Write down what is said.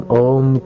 om